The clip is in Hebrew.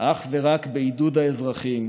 אך ורק בעידוד האזרחים,